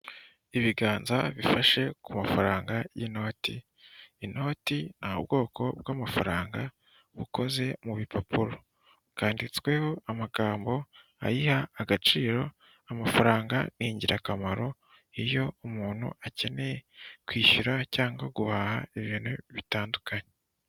Ibiganza bifashe ku mafaranga y'inoti inoti ni ubwoko bw'amafaranga bukoze mu bipapuro, bwanditsweho amagambo ayiha agaciro, amafaranga ni ingirakamaro iyo umuntu akeneye kwishyura cyangwa guhaha ibintu bitandukanye.